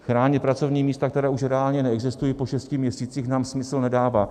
Chránit pracovní místa, která už reálně neexistují, nám po šesti měsících smysl nedává.